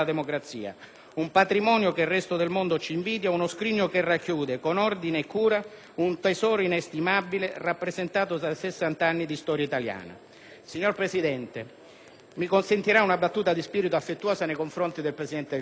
un patrimonio che il resto del mondo ci invidia, uno scrigno che racchiude, con ordine e cura, un tesoro inestimabile, rappresentato da 60 anni di storia italiana. Signor Presidente, mi consentirà una battuta di spirito affettuosa nei confronti del Presidente del Consiglio,